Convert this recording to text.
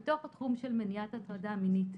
בתוך התחום של מניעת הטרדה מינית.